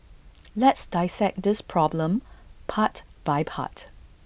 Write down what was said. let's dissect this problem part by part